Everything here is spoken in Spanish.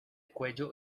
cuello